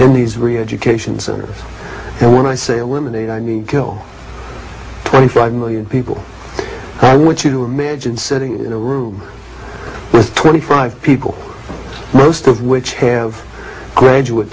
in these very education center and when i say women eight i mean kill twenty five million people i want you to imagine sitting in a room with twenty five people most of which have graduate